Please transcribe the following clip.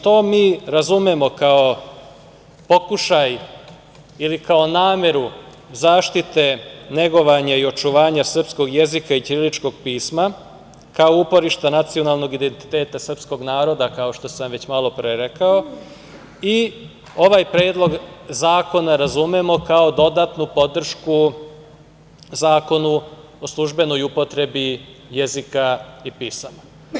To mi razumemo kao pokušaj ili kao nameru zaštite, negovanja i očuvanja srpskog jezika i ćiriličkog pisma kao uporišta nacionalnog identiteta srpskog naroda, kao što sam već malopre rekao, i ovaj Predlog zakona razumemo kao dodatnu podršku Zakonu o službenoj upotrebi jezika i pisama.